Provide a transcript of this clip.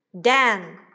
Dan